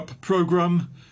program